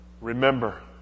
remember